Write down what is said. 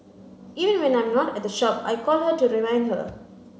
even when I'm not at the shop I call her to remind her